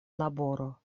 laboro